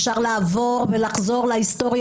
אפשר לעבור ולחזור להיסטוריה,